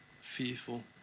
fearful